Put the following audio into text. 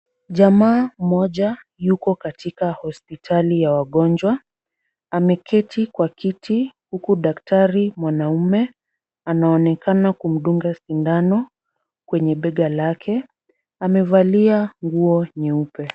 Jamaa mmoja yupo katika hospitali ya wagonjwa, ameketi kwa kiti huku daktari mwanaume anaonekana kumdunga sindano kwenye bega lake. Amevalia nguo nyeupe.